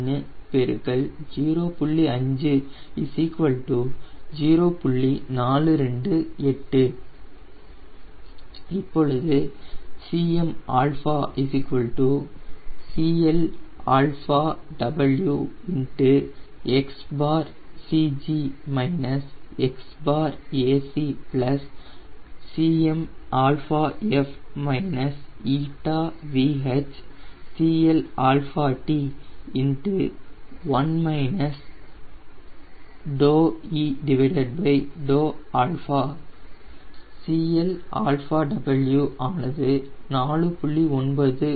428 இப்பொழுது Cm CLW Cmf 𝜂VHCLt 𝐶LW ஆனது 4